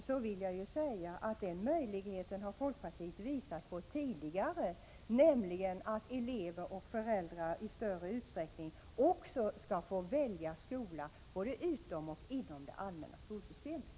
Folkpartiet har visat på den möjligheten tidigare, nämligen att elever och föräldrar i större utsträckning också skall få välja skola både inom och utom det allmänna skolväsendet.